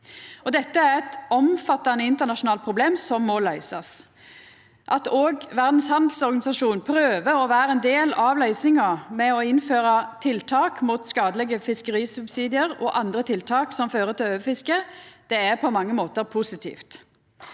Dette er eit omfattande internasjonalt problem som må løysast. At òg Verdas handelsorganisasjon prøver å vera ein del av løysinga, ved å innføra tiltak mot skadelege fiskerisubsidiar og andre tiltak som fører til overfiske, er på mange måtar positivt,